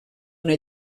una